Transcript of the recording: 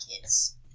kids